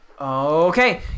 okay